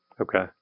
Okay